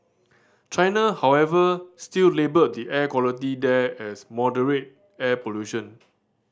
China however still labelled the air quality there as moderate air pollution